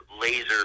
laser